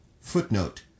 Footnote